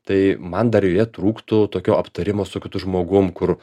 tai man dar joje trūktų tokio aptarimo su kitu žmogum kur